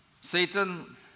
Satan